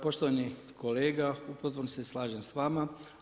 Poštovani kolega u potpunosti se slažem sa vama.